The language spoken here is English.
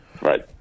Right